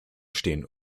stehen